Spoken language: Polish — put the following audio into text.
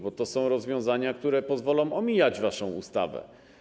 Bo tu są rozwiązania, które pozwolą omijać waszą ustawę.